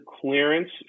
clearance